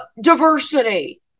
diversity